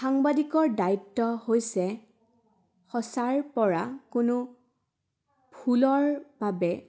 সাংবাদিকৰ দায়িত্ব হৈছে সঁচাৰপৰা কোনো ভুলৰ বাবে